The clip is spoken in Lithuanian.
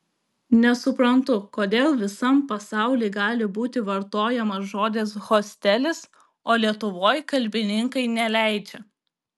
nesuprantu kodėl visam pasauly gali būti vartojamas žodis hostelis o lietuvoj kalbininkai neleidžia